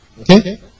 Okay